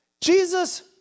Jesus